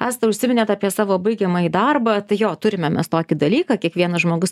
asta užsiminėt apie savo baigiamąjį darbą jo turime mes tokį dalyką kiekvienas žmogus